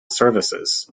services